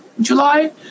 July